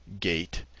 gate